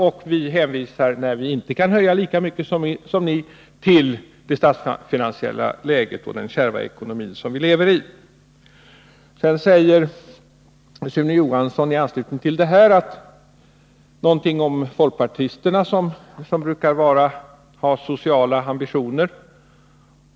Och vi hänvisar, när vi inte kan höja lika mycket som ni vill, till det statsfinansiella läget och den kärva ekonomi som vi lever i. I det här sammanhanget talade Sune Johansson om folkpartisterna och om att dessa brukar ha sociala ambitioner.